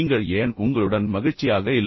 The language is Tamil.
நீங்கள் ஏன் உங்களுடன் மகிழ்ச்சியாக இல்லை